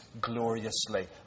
gloriously